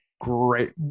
great